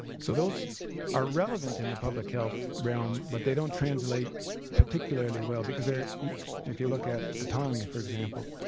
so those are relevant in the public health realm, but they don't translate particularly well, because they're if you look at autonomy, for example,